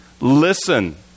Listen